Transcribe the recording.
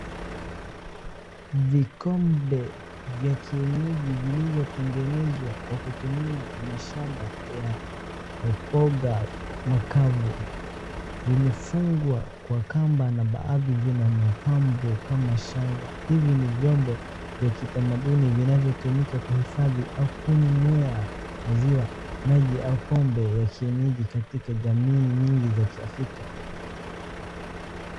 Vikombe vya kienyeji vilivyotengenezwa kwa kutumia mashanda mboga makavu vimefungwa kwa kamba na baadhi na mapambo kama shanga, hivi ni vyombo vya kitamaduni vinavyotumika kihifadhi au kunyia maziwa au pombe ya kienyeji katika jamii nyingi za kiafrika.